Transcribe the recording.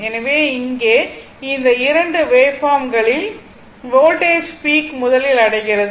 எனவே இங்கே இந்த 2 வேவ்பார்ம்களில் வோல்டேஜ் பீக் முதலில் அடைகிறது